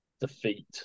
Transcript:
defeat